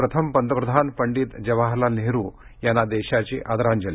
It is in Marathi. प्रथम पंतप्रधान पंडित जवाहरलाल नेहरूंना देशाची आदरांजली